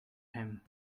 him